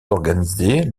organisées